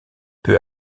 peu